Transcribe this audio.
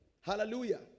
Hallelujah